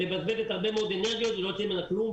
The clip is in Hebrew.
מבזבזת הרבה מאוד אנרגיה ולא יוצא כלום.